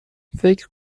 فکر